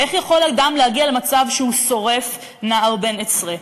איך יכול אדם להגיע למצב שהוא שורף נער בן-עשרה?